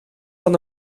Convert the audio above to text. van